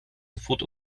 sofort